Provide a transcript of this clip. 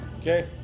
Okay